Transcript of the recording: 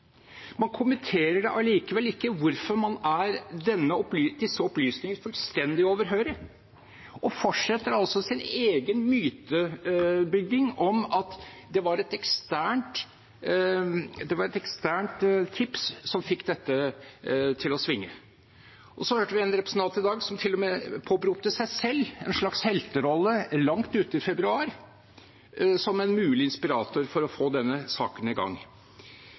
Man kommenterer allikevel ikke hvorfor man er disse opplysningene fullstendig overhørig, og fortsetter sin egen mytebygging om at det var et eksternt tips som fikk dette til å svinge. Så hørte vi en representant i dag som til og med påberopte seg selv en slags helterolle langt ute i februar, som en mulig inspirator for å få denne saken i gang.